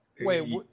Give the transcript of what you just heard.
wait